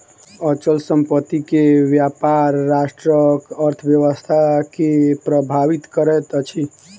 अचल संपत्ति के व्यापार राष्ट्रक अर्थव्यवस्था के प्रभावित करैत अछि